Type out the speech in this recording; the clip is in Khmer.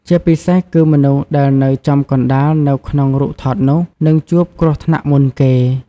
ជាពិសេសគឺមនុស្សដែលនៅចំកណ្តាលនៅក្នុងរូបថតនោះ នឹងជួបគ្រោះថ្នាក់មុនគេ។